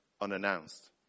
unannounced